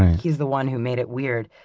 he's the one who made it weird,